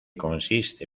consiste